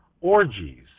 orgies